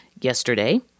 Yesterday